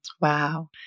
Wow